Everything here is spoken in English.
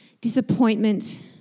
disappointment